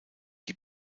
die